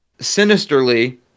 sinisterly